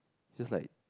just like